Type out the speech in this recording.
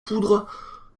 poudre